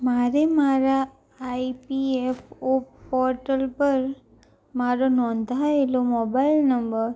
મારે મારા I P F O portal પર મારો નોંધાયેલો મોબાઈલ નંબર